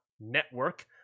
network